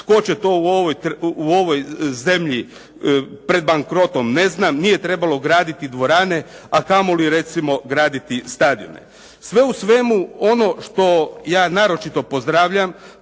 Tko će to u ovoj zemlji pred bankrotom ne znam. Nije trebalo graditi dvorane, a kamoli recimo graditi stadione. Sve u svemu ono što ja naročito pozdravljam